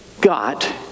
got